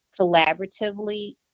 collaboratively